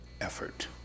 effort